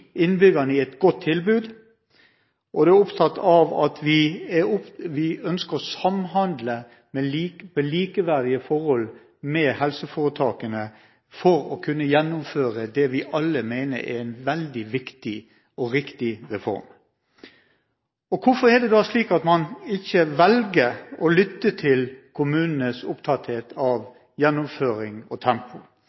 innbyggerne et godt tilbud, og vi ønsker å samhandle under likeverdige forhold med helseforetakene for å kunne gjennomføre det vi alle mener er en veldig viktig og riktig reform. Hvorfor er det da slik at man ikke velger å lytte til kommunenes opptatthet av